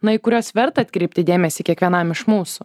na į kuriuos verta atkreipti dėmesį kiekvienam iš mūsų